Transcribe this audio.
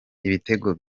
ibitego